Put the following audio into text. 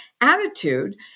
attitude